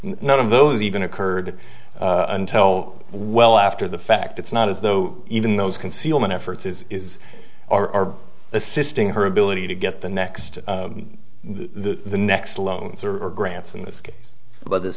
none of those even occurred until well after the fact it's not as though even those concealment efforts is is are assisting her ability to get the next the next loans or grants in this case but th